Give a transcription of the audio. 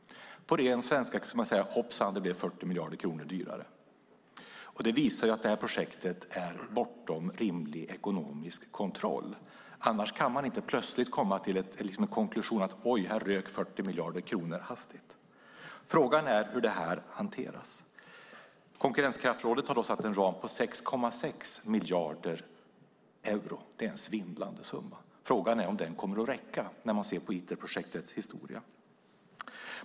På ren svenska kan man säga: Hoppsan, det blev 40 miljarder kronor dyrare. Det visar att projektet är bortom rimlig ekonomisk kontroll. Annars kan man inte plötsligt komma till en konklusion om att oj, här rök 40 miljarder kronor hastigt. Frågan är hur detta hanteras. Konkurrenskraftsrådet har satt en ram på 6,6 miljarder euro. Det är en svindlande summa. Frågan är om den kommer att räcka, när man ser på Iterprojektets historia.